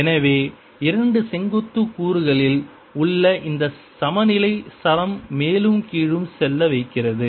எனவே இரண்டு செங்குத்து கூறுகளில் உள்ள இந்த சமநிலை சரம் மேலும் கீழும் செல்ல வைக்கிறது